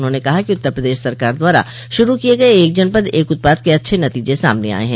उन्होंने कहा कि उत्तर प्रदेश सरकार द्वारा शुरू किये गये एक जनपद एक उत्पाद के अच्छे नतीजे सामने आये हैं